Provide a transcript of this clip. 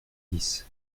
dix